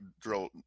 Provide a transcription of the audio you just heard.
drill